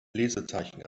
lesezeichen